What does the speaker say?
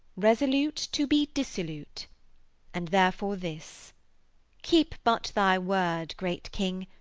resolute to be dissolute and, therefore, this keep but thy word, great king,